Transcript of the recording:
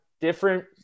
different